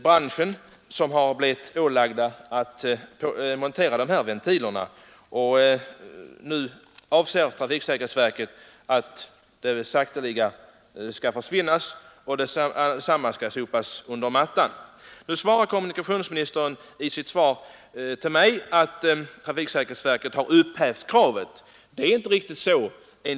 Branschen har blivit ålagd att montera dessa ventiler, och det har kostat mycket pengar. Nu avser trafiksäkerhetsverket att så sakteliga låta bestämmelsen försvinna och sopa alltsammans under mattan. Kommunikationsministern sade i sitt svar att trafiksäkerhetsverket har upphävt kravet. Det är inte riktigt så.